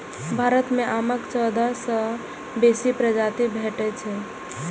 भारत मे आमक चौदह सय सं बेसी प्रजाति भेटैत छैक